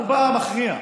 רובה, רובה המכריע.